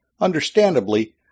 Understandably